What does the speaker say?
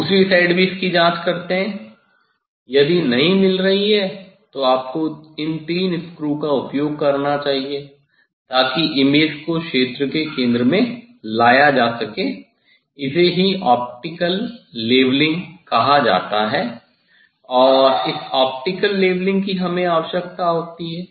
दूसरी साइड भी इसकी जांच करते हैं यदि नहीं मिल रही है तो आपको इन तीन स्क्रू का उपयोग करना चाहिए ताकि इमेज को क्षेत्र के केंद्र में लाया जा सके इसे ही ऑप्टिकल लेवलिंग कहा जाता है और इस ऑप्टिकल लेवलिंग की हमें आवश्यकता होती है